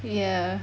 ya